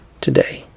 today